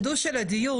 החידוש של הדיון,